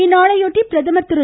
இந்நாளையொட்டி பிரதமர் திரு